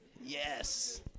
Yes